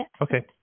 Okay